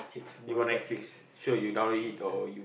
even Netflix sure you download it or you